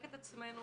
את עצמנו,